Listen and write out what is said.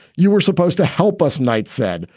you were supposed to help us, knight said.